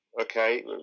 okay